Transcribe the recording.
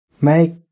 make